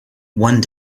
one